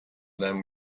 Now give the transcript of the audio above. them